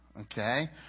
Okay